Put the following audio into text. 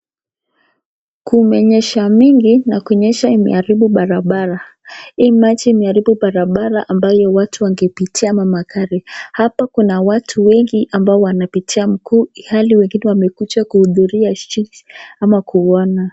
Kumenyesya mingi, na kunyesha imeharibu barabara, hii maji imeharibu barabara ambayo watu wangepitia ama magari, hapa kuna watu wengi ambao wanapitia mguu, ilhali wengine wamekuja kuhudhuria ama kuona.